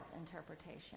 interpretation